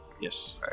Yes